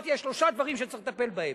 שיש שלושה נושאים שצריך לטפל בהם: